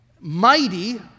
mighty